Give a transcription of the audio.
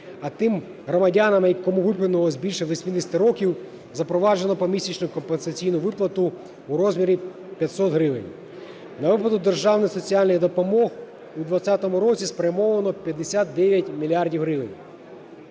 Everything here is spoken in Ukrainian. а тим громадянам, кому виповнилось більше 80 років, запроваджено помісячну компенсаційну виплату в розмірі 500 гривень. На виплату державної соціальної допомоги у 20-му році спрямовано 59 мільярдів